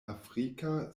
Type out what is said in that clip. afrika